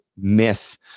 myth